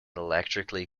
electrically